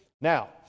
Now